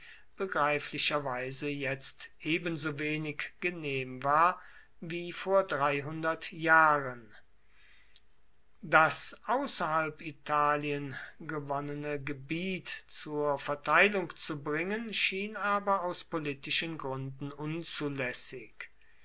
begreiflicherweise jetzt ebensowenig genehm war wie vor dreihundert jahren das außerhalb italien gewonnene gebiet zur verteilung zu bringen schien aber aus politischen gründen unzulässig